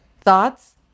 Thoughts